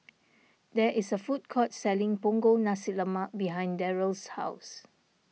there is a food court selling Punggol Nasi Lemak behind Daryl's house